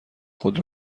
خود